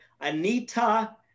Anita